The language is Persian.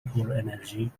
پرانرژی